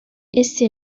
ese